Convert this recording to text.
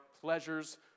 pleasures